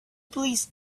please